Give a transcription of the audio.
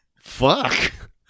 Fuck